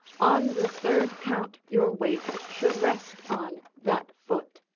on the third count your weight should rest on that foot.